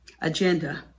agenda